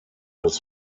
des